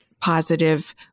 positive